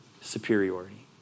superiority